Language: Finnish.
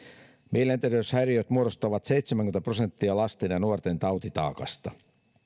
mielenterveyshäiriöt muodostavat seitsemänkymmentä prosenttia lasten ja nuorten tautitaakasta